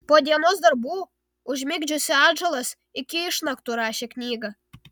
po dienos darbų užmigdžiusi atžalas iki išnaktų rašė knygą